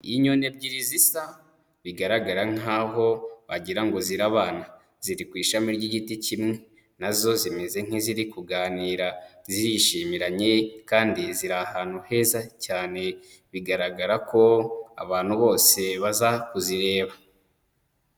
Inyone ebyiri zisa bigaragara nkaho wagira ngo zirabana, ziri ku ishami ry'igiti kimwe nazo zimeze nk'iziri kuganira zirishiranye kandi ziri ahantu heza cyane, bigaragara ko abantu bose baza kuzireba.